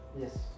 Yes